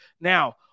Now